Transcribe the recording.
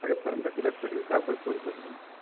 আগে ফরমটা ফিলাপ করি তারপর পড়বো তখন